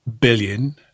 billion